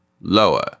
lower